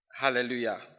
Hallelujah